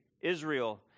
Israel